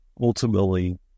ultimately